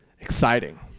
Exciting